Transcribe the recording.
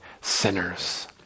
sinners